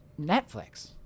Netflix